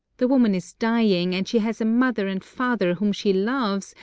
the woman is dying and she has a mother and father whom she loves,